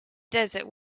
desert